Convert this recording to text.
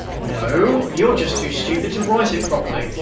no, you're just too stupid to write it properly.